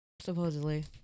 supposedly